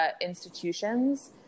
institutions